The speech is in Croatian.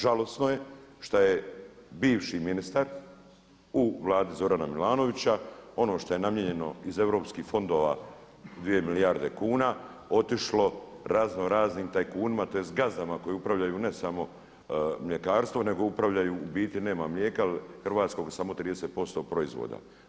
Žalosno je šta je bivši ministar u Vladi Zorana Milanovića ono što je namijenjeno iz EU fondova 2 milijarde kuna otišlo razno raznim tajkunima, tj. gazdama koji upravljaju ne samo mljekarstvo, nego upravljaju u biti nema mlijeka hrvatskog samo 30% proizvoda.